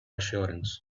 assurance